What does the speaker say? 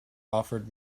offered